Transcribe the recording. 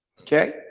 okay